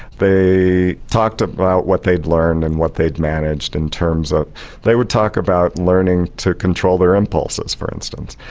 they talked about what they'd learned and what they'd managed in terms of they would talk about learning to control their impulses for instance.